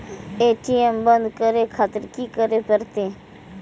ATM बंद करें खातिर की करें परतें?